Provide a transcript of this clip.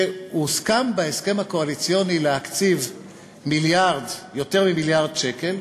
שהוסכם בהסכם הקואליציוני להקציב יותר ממיליארד שקל.